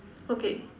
okay